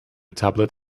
tablet